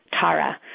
Tara